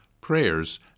prayers